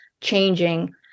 changing